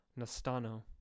Nastano